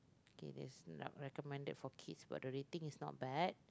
okay that's not recommended for kids but the rating is not bad